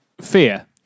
fear